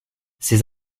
ces